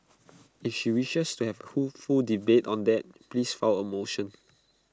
if she wishes to have A full debate on that please file A motion